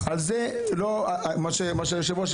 היושב-ראש,